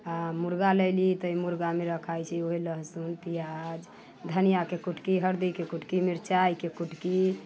आ मुर्गा लयली तऽ मुर्गामे रखाइ छै ओहि लेल लहसुन प्याज धनियाँके कुटकी हरदिके कुटकी मिर्चाइके कुटकी